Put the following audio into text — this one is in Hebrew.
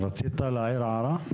רצית להעיר הערה?